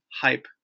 hype